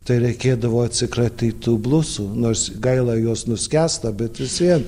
tai reikėdavo atsikratyt tų blusų nors gaila jos nuskęsta bet vis vien